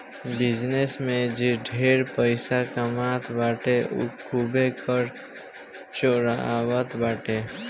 business में जे ढेर पइसा कमात बाटे उ खूबे कर चोरावत बाटे